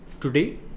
Today